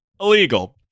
illegal